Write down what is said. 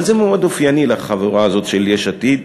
אבל זה מאוד אופייני לחבורה הזאת של יש עתיד,